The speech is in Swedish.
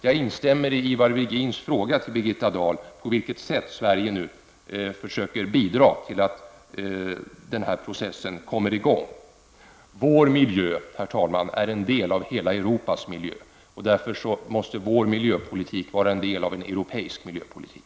Jag vill i likhet med Ivar Virgin fråga Birgitta Dahl på vilket sätt Sverige bidrar till att den här processen kommer i gång. Vår miljö, herr talman, är en del av hela Europas miljö, och därför måste vår miljöpolitik vara en del av en europeisk miljöpolitik.